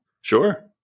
sure